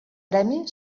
premi